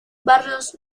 barrios